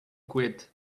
quit